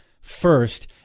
first